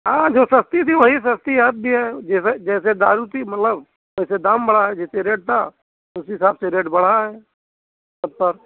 हाँ जो सस्ती थी वही सस्ती अब भी है जैसे जैसे दारू पी मतलब वैसे दाम बढ़ा है जैसे रेट था उसी हिसाब से रेट बढ़ा है सब पर